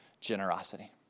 generosity